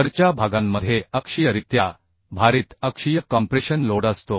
वरच्या भागांमध्ये अक्षीयरित्या भारित अक्षीय कॉम्प्रेशन लोड असतो